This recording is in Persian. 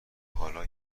حالا